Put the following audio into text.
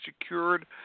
secured